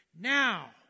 Now